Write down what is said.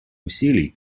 усилий